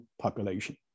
population